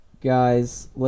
guys